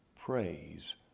praise